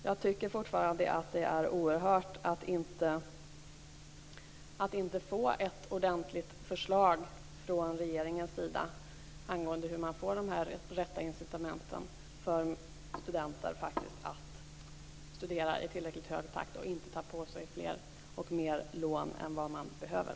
Jag tycker alltjämt att det är oerhört att vi inte får ett ordentligt förslag från regeringens sida till hur de rätta incitamenten skall skapas för studenter att studera i tillräckligt hög takt utan att dra på sig fler och mer lån än vad man behöver.